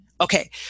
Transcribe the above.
Okay